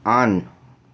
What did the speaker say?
on